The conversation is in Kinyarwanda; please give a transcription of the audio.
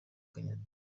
kenyatta